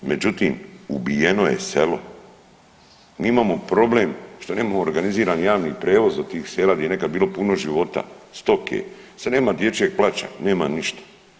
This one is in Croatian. Međutim, ubijeno je selo, mi imamo problem što nemamo organiziran javni prijevoz do tih sela gdje je nekad bilo puno života, stoke, sad nema dječjeg plača, nema ništa.